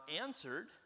answered